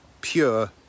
pure